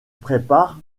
prépare